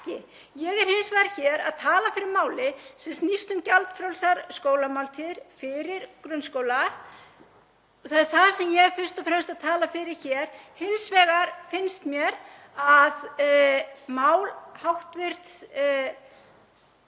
Ég er hins vegar hér að tala fyrir máli sem snýst um gjaldfrjálsar skólamáltíðir fyrir grunnskóla. Það er það sem ég er fyrst og fremst að tala fyrir hér. Hins vegar finnst mér mál hv. þingmanns um